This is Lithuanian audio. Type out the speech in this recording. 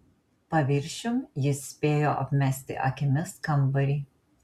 paviršium jis spėjo apmesti akimis kambarį